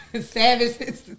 Savage